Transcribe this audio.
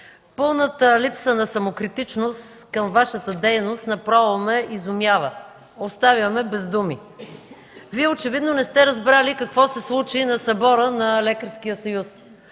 пълната липса на самокритичност към Вашата дейност направо ме изумява. Оставя ме без думи. Вие очевидно не сте разбрали какво се случи на събора на Лекарския съюз.